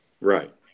Right